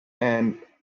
and